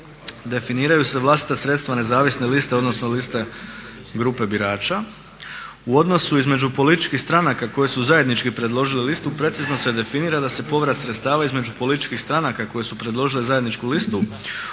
U odnosu između političkih stranaka koje su zajednički predložile listu precizno se definira da se povrat sredstava između političkih stranaka koje su predložile zajedničku listu